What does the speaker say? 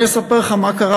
אני אספר לך מה קרה.